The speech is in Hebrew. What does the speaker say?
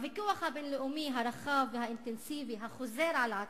הוויכוח הבין-לאומי הרחב והאינטנסיבי החוזר על עצמו,